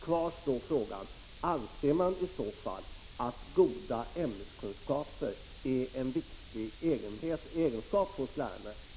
Kvar står frågan: Anser socialdemokraterna att goda ämneskunskaper är en viktig egenskap hos lärare?